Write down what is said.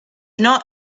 not